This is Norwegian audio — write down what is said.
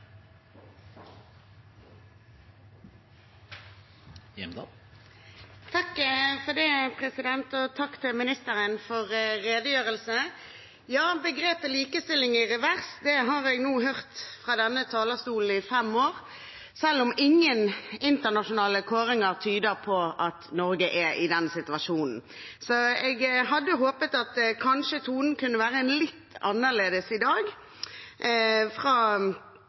statsråden for redegjørelsen. Begrepet «likestilling i revers» har jeg hørt fra denne talerstolen i fem år, selv om ingen internasjonale kåringer tyder på at Norge er i den situasjonen. Så jeg hadde håpet at kanskje tonen til dem som nå er i posisjon kunne vært litt annerledes i dag,